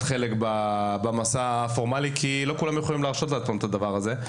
חלק במסע הפורמלי כי לא כולם יכולים להרשות לעצמם את הדבר הזה.